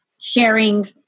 sharing